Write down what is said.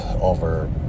over